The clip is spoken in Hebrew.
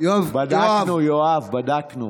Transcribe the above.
בדקנו, יואב, בדקנו.